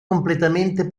completamente